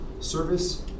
service